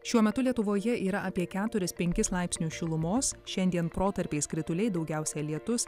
šiuo metu lietuvoje yra apie keturis penkis laipsnius šilumos šiandien protarpiais krituliai daugiausia lietus